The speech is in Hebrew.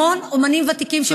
המון אומנים ותיקים, בסדר.